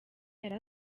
yari